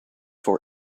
for